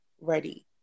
ready